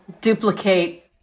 duplicate